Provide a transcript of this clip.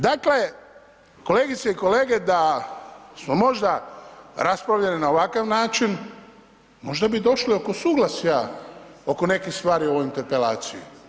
Dakle, kolegice i kolege da smo možda raspravljali na ovakav način, možda bi došli oko suglasja oko nekih stvari o ovoj interpelaciji.